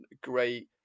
great